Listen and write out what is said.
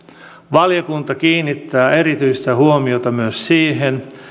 valiokunta kiinnittää erityistä huomiota myös siihen